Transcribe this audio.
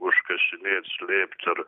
užkasinėt slėpt ar